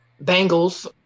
bangles